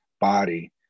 body